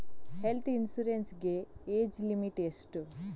Health insurance ಗೆ age limit ಎಷ್ಟು?